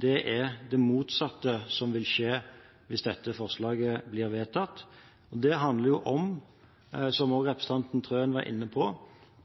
det er det motsatte som vil skje hvis dette forslaget blir vedtatt. Det handler om, som også representanten Wilhelmsen Trøen var inne på,